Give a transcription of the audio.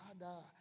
Father